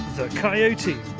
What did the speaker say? the coyote.